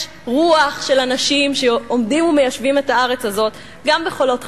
יש רוח של אנשים שעומדים ומיישבים את הארץ הזאת גם בחולות חלוצה.